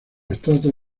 estratos